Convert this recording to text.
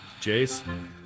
Jace